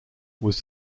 was